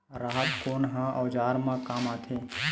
राहत कोन ह औजार मा काम आथे?